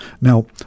Now